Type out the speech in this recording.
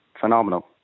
phenomenal